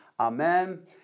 amen